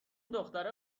دختره